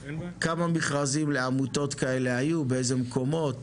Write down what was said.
כמה מכרזים לעמותות כאלו היום באיזה מקומות